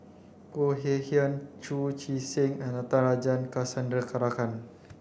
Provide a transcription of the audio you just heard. Khoo Kay Hian Chu Chee Seng and Natarajan Chandrasekaran